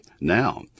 now